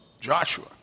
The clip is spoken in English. Joshua